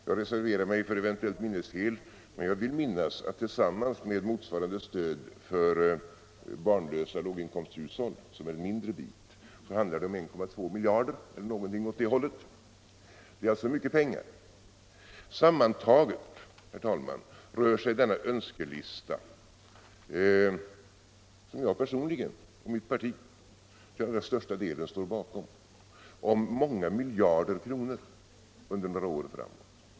Jag reserverar mig för eventuellt minnesfel, men jag erinrar mig att tillsammans med motsvarande stöd för barnlösa låginkomsthushåll, som är en mindre bit, så handlar det om 1,2 miljarder kronor. Det är alltså mycket pengar. Sammantaget, herr talman, rör sig denna önskelista, som jag personligen och mitt parti till största delen står bakom, om många miljarder kronor under några år framåt.